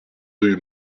rue